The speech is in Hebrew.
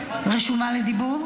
רשומה לדיבור?